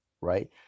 right